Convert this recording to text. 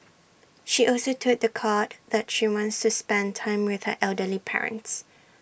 she also told The Court that she wants to spend time with her elderly parents